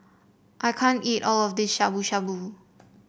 I can't eat all of this Shabu Shabu